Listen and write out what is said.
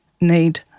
need